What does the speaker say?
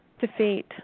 defeat